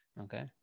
Okay